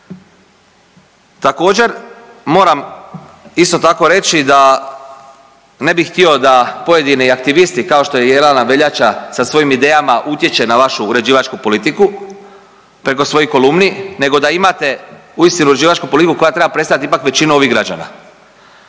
Također moram isto tako reći da ne bih htio da pojedini aktivisti kao što Jelena Veljača sa svojim idejama utječe na vašu uređivačku politiku preko svojih kolumni, nego da imate uistinu uređivačku politiku koja treba predstavljati ipak većinu ovih građana.